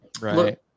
Right